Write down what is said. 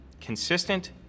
Consistent